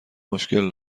مشکل